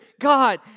God